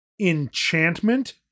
enchantment